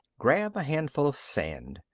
grab a handful of sand.